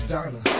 Donna